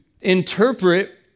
interpret